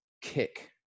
kick